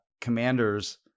commanders